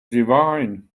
divine